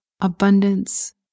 abundance